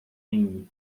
nenhum